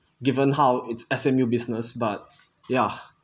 given how its S_M_U business but ya